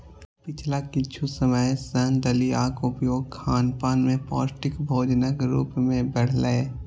पिछला किछु समय सं दलियाक उपयोग खानपान मे पौष्टिक भोजनक रूप मे बढ़लैए